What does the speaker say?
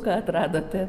ką atradote